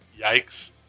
Yikes